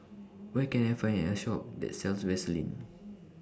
Where Can I Find A Shop that sells Vaselin